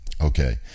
okay